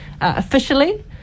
officially